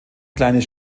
kleines